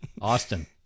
Austin